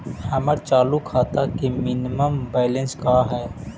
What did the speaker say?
हमर चालू खाता के मिनिमम बैलेंस का हई?